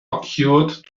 occurred